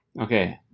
Okay